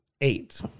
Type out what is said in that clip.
eight